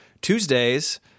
Tuesdays